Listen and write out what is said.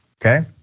okay